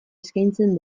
eskaintzen